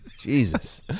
Jesus